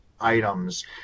items